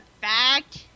fact